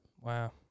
wow